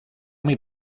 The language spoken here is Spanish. muy